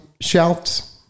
Shouts